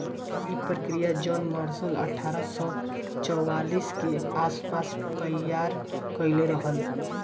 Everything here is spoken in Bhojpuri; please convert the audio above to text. इ प्रक्रिया जॉन मर्सर अठारह सौ चौवालीस के आस पास तईयार कईले रहल